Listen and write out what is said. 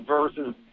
Versus